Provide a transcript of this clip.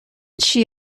she